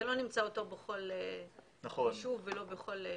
נמצא אותם בכל ישוב ולא בכל מקום,